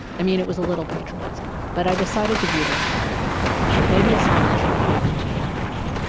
i mean, it was a little patronizing. but i decided to view it as friendly maybe a sign that she was open to hearing him.